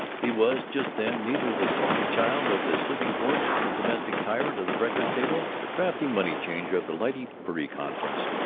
he was, just then, neither the sulky child of the sleeping-porch, the domestic tyrant of the breakfast table, the crafty money-changer of the lyte-purdy conference,